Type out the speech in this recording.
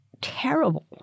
terrible